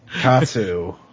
Katsu